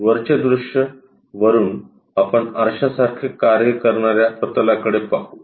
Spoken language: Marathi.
वरचे दृश्य वरुन आपण आरशासारखे कार्य करणाऱ्या प्रतलाकडे पाहू